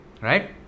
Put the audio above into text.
Right